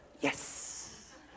yes